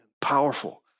powerful